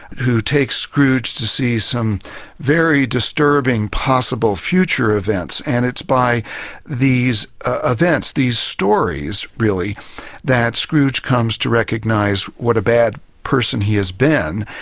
who takes scrooge to see some very disturbing possible future events, and it's by these ah events, these stories really that scrooge comes to recognise what a bad person he has been,